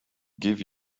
give